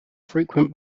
frequent